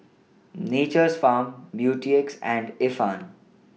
Nature's Farm Beautex and Ifan